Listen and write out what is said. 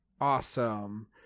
Awesome